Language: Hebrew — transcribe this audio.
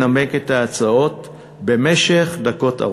בוא נכבד את סגן השר וניתן לו להשלים את דבריו.